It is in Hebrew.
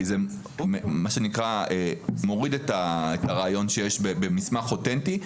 כי זה מוריד את הרעיון שיש במסמך אותנטי.